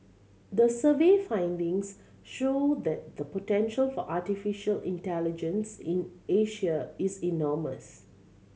the survey findings show that the potential for artificial intelligence in Asia is enormous